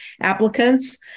applicants